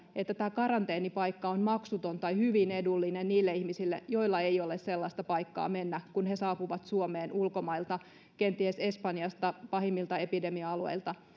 että tämä karanteenipaikka on maksuton tai hyvin edullinen niille ihmisille joilla ei ole sellaista paikkaa mennä kun he saapuvat suomeen ulkomailta kenties espanjasta pahimmilta epidemia alueilta